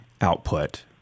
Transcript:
output